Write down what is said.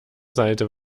seite